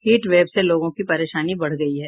heat wave से लोगों की परेशानी बढ़ गयी है